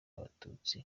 abatutsi